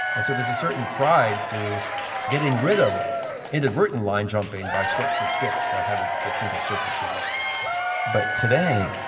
and so there's a certain pride to getting rid of inadvertent line-jumping by slips and skips by having the single serpentine line but today,